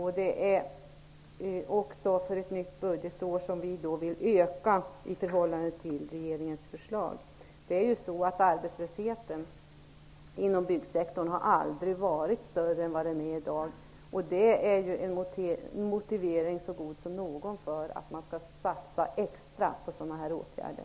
Det är också för ett nytt budgetår som vi vill öka anslagen i förhållande till regeringens förslag. Arbetslösheten inom byggsektorn har aldrig varit större än vad den är i dag. Det är en motivering så god som någon för att man skall satsa extra på sådana åtgärder.